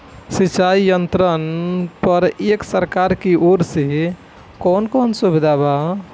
सिंचाई यंत्रन पर एक सरकार की ओर से कवन कवन सुविधा बा?